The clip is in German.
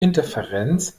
interferenz